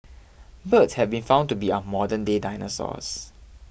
birds have been found to be our modernday dinosaurs